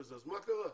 אז מה קרה?